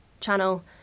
channel